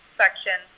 section